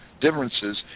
differences